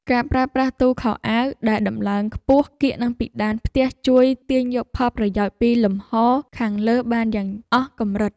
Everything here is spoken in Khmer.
ការប្រើប្រាស់ទូខោអាវដែលដំឡើងខ្ពស់កៀកនឹងពិដានផ្ទះជួយទាញយកផលប្រយោជន៍ពីលំហរខាងលើបានយ៉ាងអស់កម្រិត។